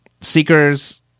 Seekers